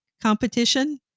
competition